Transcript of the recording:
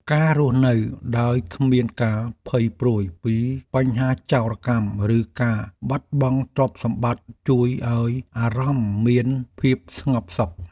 ការរស់នៅដោយគ្មានការភ័យព្រួយពីបញ្ហាចោរកម្ម ឬការបាត់បង់ទ្រព្យសម្បត្តិជួយឱ្យអារម្មណ៍មានភាពស្ងប់សុខ។